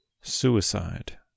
Suicide